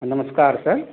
हाँ नमस्कार सर